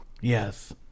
Yes